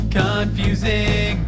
confusing